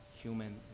human